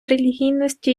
релігійності